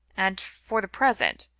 and for the present,